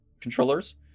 controllers